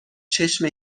چشم